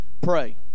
pray